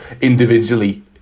individually